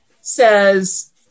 says